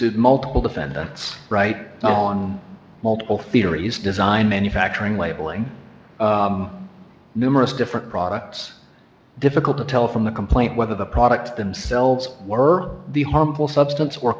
sued multiple defendants on multiple theories design manufacturing labeling numerous different products difficult to tell from the complaint whether the products themselves were the harmful substance or